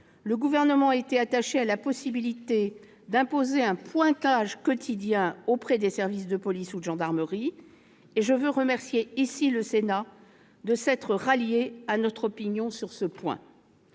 Le Gouvernement était attaché à la possibilité d'imposer un pointage quotidien auprès des services de police ou de gendarmerie, et je veux remercier le Sénat de s'être rallié à notre opinion sur ce point.